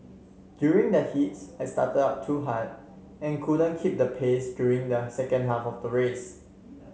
during the heats I started out too hard and couldn't keep the pace during the second half of the race